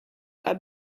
are